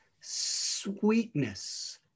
sweetness